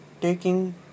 taking